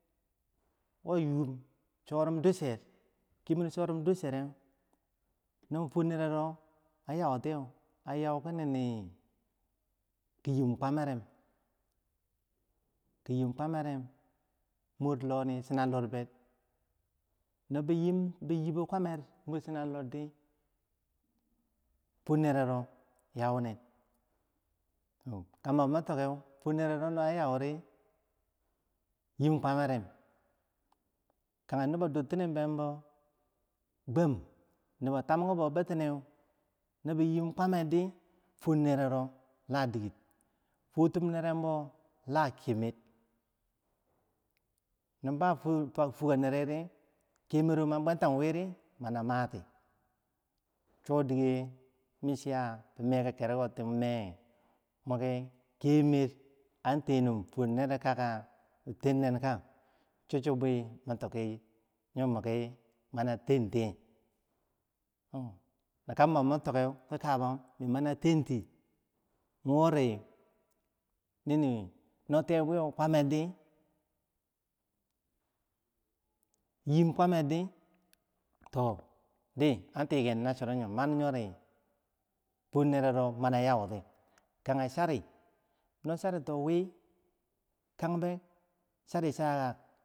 Wo yum sorom duche, kemero sorom duchere nong fwornereko, a yautiyeh no a yau ki nini yim kwameren ki yim kwameren mwur loni chenarlor bek no bi yim bo yibo kwamer mwur chenar lordi, fwan nero mini ayauti, dike mi tokke nabo yi bau yim kwamererdi, fwornerero yaunin kambo ma tikeu, hikambo ma tikeu for nerero no an yauri, yoh kwamero kage nubo dudtinim bebbo, gwam nibo tam ki bo bitineu, no bi yim kwamerdi fuwor nerero la diker, fuwotum nerero la kemer, non ba fumba fuwoka nere ri kemero no bwanta wiri mana mati, cho dike mi chiya meka kerekoti mer, muki kemer an tenum furnere kaka tenin ka cho cho bwe matoki yo miki mani tentiyeh, oh nakambo ma tiki ki kaber min mana tenti, wori nini no tea bwiyoh kwameri yim kwamer di toh di an tiken ner cherow yoh man yori, fuwor nerero mana yauti, kage chari no charito wi kang bek chari cha.